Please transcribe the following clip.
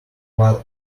while